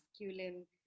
masculine